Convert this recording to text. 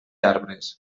arbres